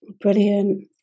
Brilliant